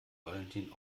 valentin